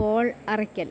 Paul Arakkal